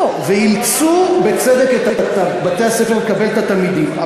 ואילצו, בצדק, את בתי-הספר לקבל את התלמידים.